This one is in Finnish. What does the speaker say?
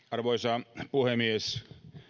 arvoisa puhemies